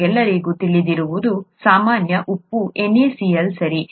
ನಮಗೆಲ್ಲರಿಗೂ ತಿಳಿದಿರುವಂತೆ ಸಾಮಾನ್ಯ ಉಪ್ಪು NaCl ಸರಿ